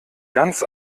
ganz